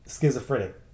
schizophrenic